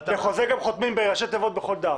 בחוזה חותמים בראשי תיבות בכל דף.